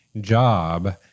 job